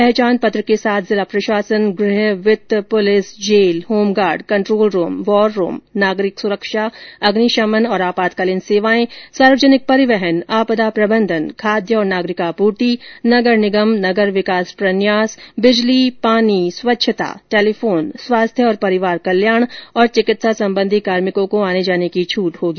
पहचान पत्र के साथ जिला प्रशासन गृह वित्त police jail home guard control room war room नागरिक सुरक्षा अग्निशमन और आपातकालीन सेवाएं सार्वजनिक परिवहन आपदा प्रबंधन खाद्य और नागरिक आपूर्ति नगर निगम नगर विकास प्रन्यास बिजली पानी स्वच्छता टेलीफोन स्वास्थ्य और परिवार कल्याण तथा चिकित्सा सम्बन्धी कार्मिकों को आने जाने की छूट होगी